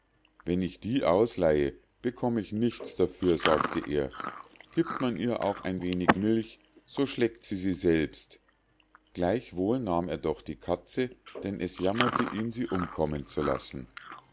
wenn ich die ausleihe bekomm ich nichts dafür sagte er giebt man ihr auch ein wenig milch so schleckt sie sie selbst gleichwohl nahm er doch die katze denn es jammerte ihn sie umkommen zu lassen